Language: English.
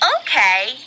Okay